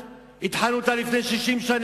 היא לא ההכרזה על מצב החירום,